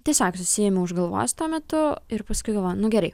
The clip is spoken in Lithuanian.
tiesiog susiimi už galvos tuo metu ir paskui galvoji nu gerai